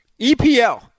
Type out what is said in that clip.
EPL